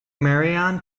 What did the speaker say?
merion